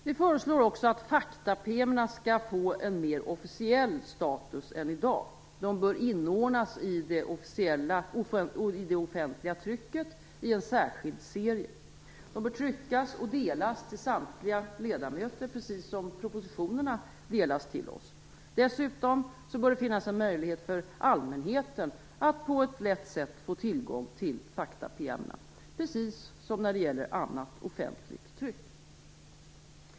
Vi föreslår också att fakta-PM:en skall få en mer officiell status än i dag. De bör inordnas i det offentliga trycket i en särskild serie. De bör tryckas och delas till samtliga ledamöter, precis som propositionerna delas till oss. Dessutom bör det finnas en möjlighet för allmänheten att på ett lätt sätt få tillgång till fakta PM:en, precis som när det gäller annat offentligt tryck.